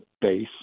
base